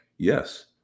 yes